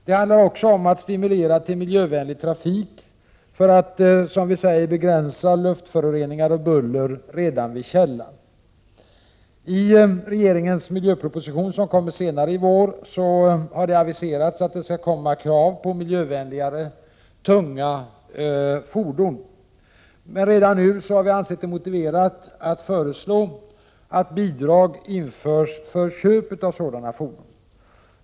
Det handlar också om att stimulera till miljövänligare trafik för att begränsa luftföroreningar och buller redan vid källan. Det har aviserats att regeringens miljöproposition, som kommer senare i vår, kommer att innehålla krav på miljövänligare tunga fordon. Vi har ansett det motiverat att redan nu föreslå att bidrag för köp av sådana fordon införs.